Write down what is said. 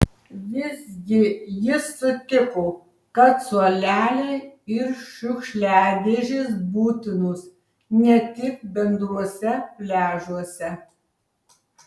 vis gi jis sutiko kad suoleliai ir šiukšliadėžės būtinos ne tik bendruose pliažuose